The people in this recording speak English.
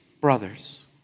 brothers